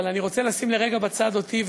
אבל אני רוצה לשים לרגע בצד אותי,